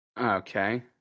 okay